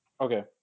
Okay